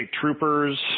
Troopers